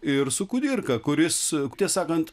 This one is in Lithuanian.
ir su kudirka kuris tiesą sakant